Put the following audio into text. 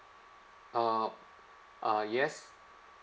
oh uh yes